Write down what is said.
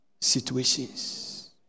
situations